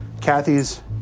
Kathy's